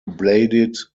bladed